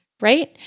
Right